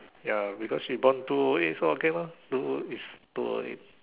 ya because she born two o o eight so okay lor two it's two o o eight